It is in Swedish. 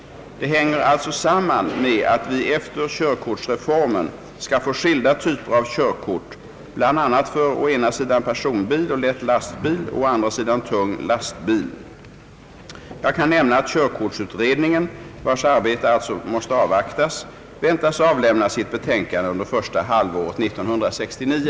Det hänger alltså samman med att vi efter körkortsreformen skall få skilda typer av körkort bl.a. för å ena sidan personbil och lätt lastbil och å andra sidan tung lastbil. Jag kan nämna, att körkortsutredningen, vars arbete alltså måste avvaktas, väntas avlämna sitt betänkande under första halvåret 1969.